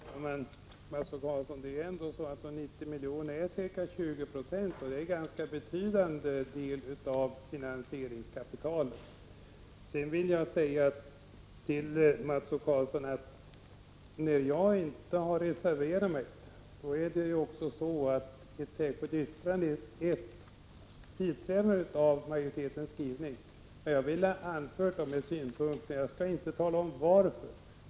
Herr talman! Det är ändå så, Mats O Karlsson, att de 90 miljonerna utgör ca 20 Jo av finansieringskapitalet, och det är en ganska betydande del. Sedan vill jag säga till Mats O Karlsson att när jag inte har reserverat mig, så innebär ett särskilt yttrande ett biträdande av utskottsmajoritetens skrivning. Jag ville ha anfört de synpunkter som återfinns i det särskilda yttrandet.